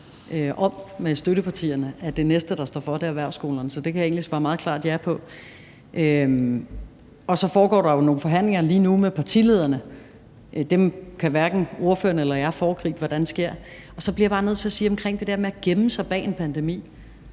om med støttepartierne, altså at det næste, der står for, er erhvervsskolerne. Så det kan jeg egentlig svare meget klart ja på. Og så foregår der jo nogle forhandlinger lige nu med partilederne, og dem kan hverken ordføreren eller jeg foregribe hvordan forløber. Så bliver jeg bare nødt til at sige om det der med at gemme sig bag en pandemi,